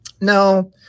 No